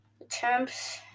attempts